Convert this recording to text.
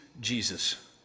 Jesus